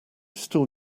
still